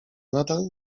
nadal